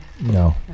No